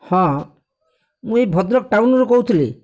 ହଁ ମୁଁ ଏହି ଭଦ୍ରକ ଟାଉନରୁ କହୁଥିଲି